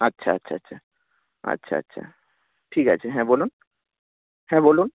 আচ্ছা আচ্ছা আচ্ছা আচ্ছা আচ্ছা ঠিক আছে হ্যাঁ বলুন হ্যাঁ বলুন